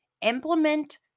Implement